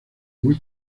muy